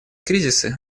кризисы